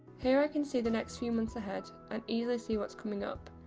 here i can see the next few months ahead, and easily see what's coming up,